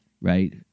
right